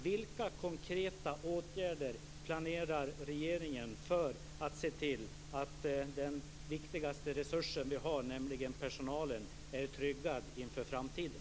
Vilka konkreta åtgärder planerar regeringen för att se till att den viktigaste resurs som vi har, nämligen personalen, är tryggad för framtiden?